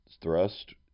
thrust